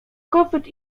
kopyt